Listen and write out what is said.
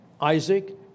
Isaac